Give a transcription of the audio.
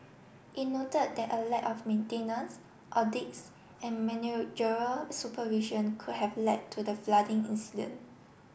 it noted that a lack of maintenance audits and managerial supervision could have led to the flooding incident